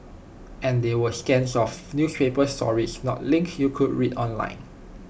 and they were scans of newspaper stories not links you could read online